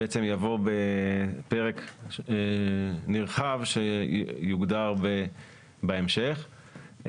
יבוא בפרק נרחב שיוגדר בהמשך.